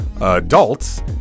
adults